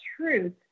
truth